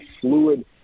fluid